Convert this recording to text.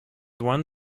one